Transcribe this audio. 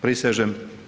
Prisežem.